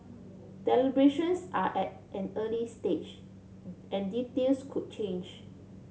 deliberations are at an early stage and details could change